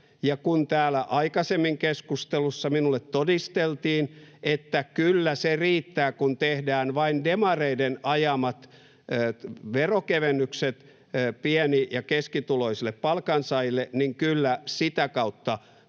ja täällä aikaisemmin keskustelussa minulle todisteltiin, että kyllä se riittää, kun tehdään vain demareiden ajamat veronkevennykset pieni- ja keskituloisille palkansaajille, niin kyllä sitä kautta